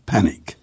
Panic